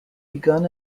begun